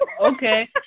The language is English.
okay